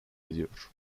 ediyor